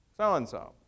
so-and-so